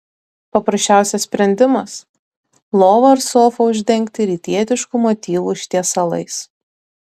paprasčiausias sprendimas lovą ar sofą uždengti rytietiškų motyvų užtiesalais